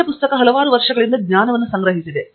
ಪಠ್ಯ ಪುಸ್ತಕ ಹಲವಾರು ವರ್ಷಗಳಿಂದ ಜ್ಞಾನವನ್ನು ಸಂಗ್ರಹಿಸಿದೆ